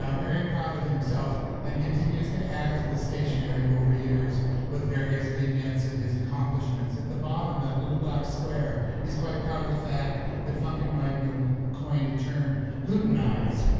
um very proud of himself and continues to add to the stationary over years with various vignettes of his accomplishments. at the bottom, that little black square, he's quite proud of the fact that funk and wagnalls coined a term, houdinize,